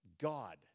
God